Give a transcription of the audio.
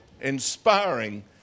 inspiring